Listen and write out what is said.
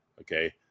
Okay